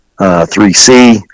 3C